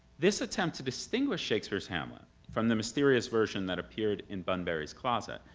this attempt to distinguish shakespeare's hamlet from the mysterious version that appeared in bunbury's closet,